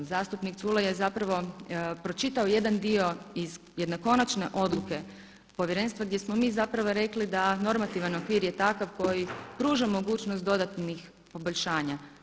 Zastupnik Culej je zapravo pročitao jedan dio iz jedne konačne odluke povjerenstva gdje smo mi zapravo rekli da normativan okvir je takav koji pruža mogućnost dodatnih poboljšanja.